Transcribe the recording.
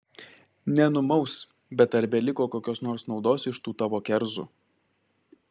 nenumaus bet ar beliko kokios nors naudos iš tų tavo kerzų